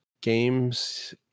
games